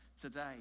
today